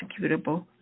executable